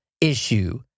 issue